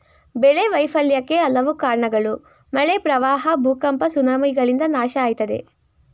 ಬೆಳೆ ವೈಫಲ್ಯಕ್ಕೆ ಹಲವು ಕಾರ್ಣಗಳು ಮಳೆ ಪ್ರವಾಹ ಭೂಕಂಪ ಸುನಾಮಿಗಳಿಂದ ನಾಶ ಆಯ್ತದೆ